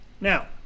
now